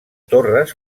torres